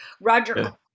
Roger